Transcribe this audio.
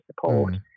support